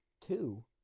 Two